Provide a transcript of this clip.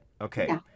Okay